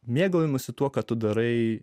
mėgaujamasi tuo ką tu darai